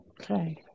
Okay